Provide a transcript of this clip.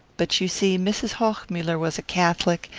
but you see mrs. hochmuller was a catholic,